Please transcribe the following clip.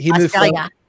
Australia